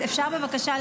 כל שבוע